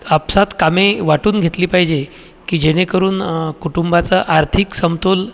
आपसात कामे वाटून घेतली पाहिजे की जेणेकरून कुटुंबाचा आर्थिक समतोल